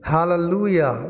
Hallelujah